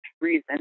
reason